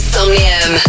Somnium